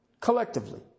collectively